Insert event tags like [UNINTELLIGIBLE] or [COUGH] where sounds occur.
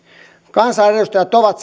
kansanedustajat ovat [UNINTELLIGIBLE]